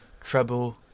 treble